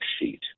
sheet